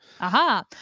Aha